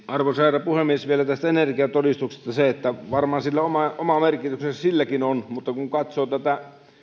arvoisa herra puhemies vielä tästä energiatodistuksesta se että varmaan oma merkityksensä silläkin on mutta kun katsoo tätä